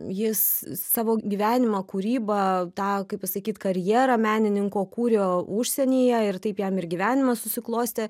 jis savo gyvenimą kūrybą tą kaip pasakyt karjerą menininko kūrė užsienyje ir taip jam ir gyvenimas susiklostė